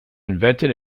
invented